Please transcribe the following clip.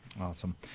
Awesome